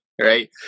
right